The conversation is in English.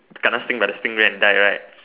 kena sting by the stingray and dead right